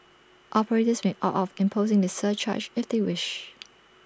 operators may opt out of imposing this surcharge if they wish